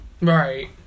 Right